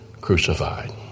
crucified